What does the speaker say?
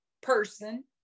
person